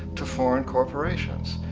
to foreign corporations.